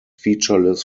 featureless